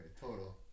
total